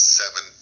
seven